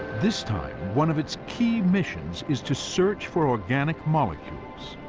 this time, one of its key missions is to search for organic molecules,